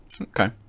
Okay